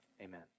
amen